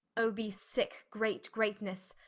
o, be sick, great greatnesse,